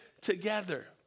together